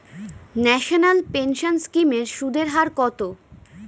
National pension scheme এর সুদের হার কত?